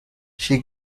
she